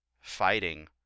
fighting